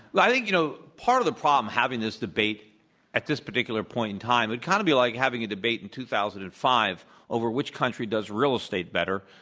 i think you know part of the problem having this debate at this particular point in time, it would kind of be like having a debate in two thousand and five over which country does real estate better,